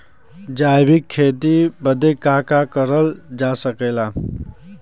जैविक खेती बदे का का करल जा सकेला?